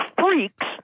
freaks